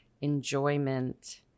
enjoyment